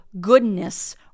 goodness